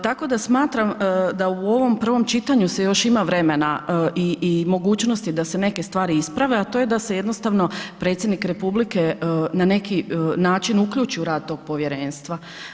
Tako da smatram da u ovom prvom čitanju se još ima vremena i mogućnosti da se neke stvari isprave a to je da se jednostavno Predsjednik Republike na neki način uključi u rad tog povjerenstva.